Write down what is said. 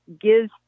gives